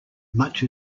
much